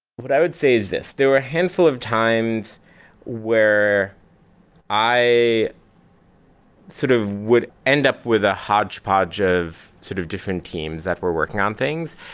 i would say is this there were a handful of times where i sort of would end up with a hodgepodge of sort of different teams that were working on things.